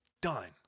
done